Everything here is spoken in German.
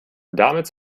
damit